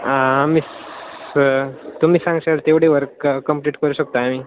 आम्ही सर तुम्ही सांगाल तेवढे वर्क क कंप्लीट करू शकतो आम्ही